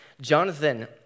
Jonathan